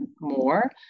more